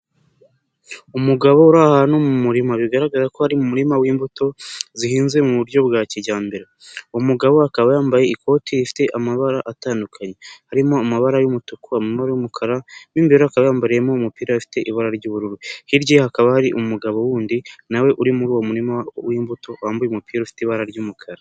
Umugabo uri ahantu mu murima bigaragara ko ari mu murima w'imbuto zihinze mu buryo bwa kijyambere, uwo mugabo akaba yambaye ikoti rifite amabara atandukanye, harimo amabara y'umutuku, amabara y'umukara n'imbere akaba yambariyemo umupira afite ibara ry'ubururu, hirya hakaba hari umugabo wundi na we uri muri uwo murima w'imbuto wambaye umupira ufite ibara ry'umukara.